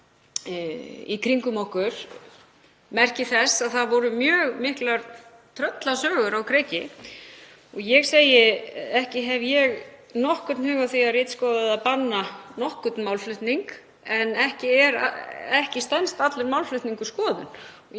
í kringum okkur merki þess að það voru mjög miklar tröllasögur á kreiki. Ekki hef ég nokkurn hug á því að ritskoða eða banna nokkurn málflutning en ekki stenst allur málflutningur skoðun.